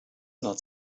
not